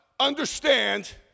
Understand